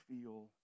feel